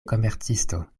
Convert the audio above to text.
komercisto